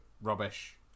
rubbish